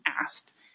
asked